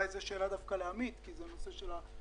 אולי זאת דווקא שאלה לעמית, כי זה נושא של החשב.